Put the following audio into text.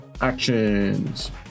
actions